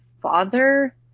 father